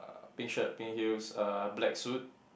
uh pink shirt pink heels uh black suit